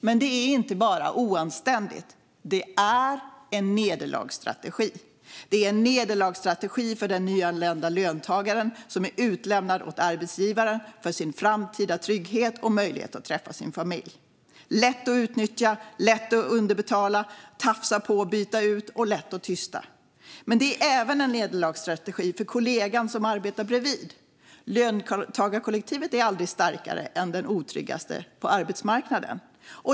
Men det är inte bara oanständigt; det är en nederlagsstrategi. Det är en nederlagsstrategi för den nyanlända löntagaren som är utlämnad åt arbetsgivaren för sin framtida trygghet och möjlighet att träffa sin familj. Det gör det lätt att utnyttja, lätt att underbetala, tafsa på och byta ut och lätt att tysta. Men det är även en nederlagsstrategi för kollegan som arbetar bredvid. Löntagarkollektivet är aldrig starkare än den otryggaste på arbetsmarknaden.